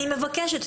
אני מבקשת,